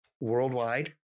worldwide